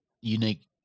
unique